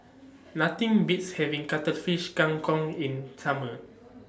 Nothing Beats having Cuttlefish Kang Kong in Summer